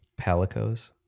Palicos